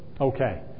Okay